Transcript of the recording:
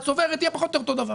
צוברת יהיה פחות או יותר אות הדבר.